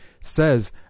says